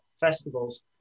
festivals